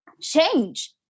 change